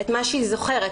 את מה שהיא זוכרת.